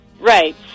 Right